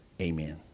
Amen